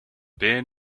been